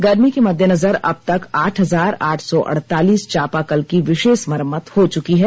गर्मी के मद्देनजर अबतक आठ हजार आठ सौ अड़तालीस चापाकल की विशेष मरम्मत हो चुकी है